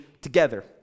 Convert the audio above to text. together